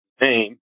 name